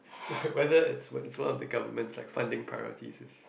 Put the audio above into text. but whether it's one one of the government's like funding priorities is